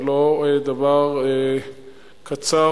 ולא דבר קצר